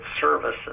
services